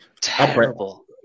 Terrible